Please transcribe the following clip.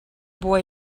boy